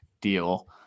deal